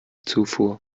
zufuhr